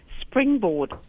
springboard